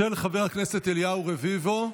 של חבר הכנסת אליהו רביבו.